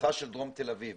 ההזנחה של דרום תל אביב,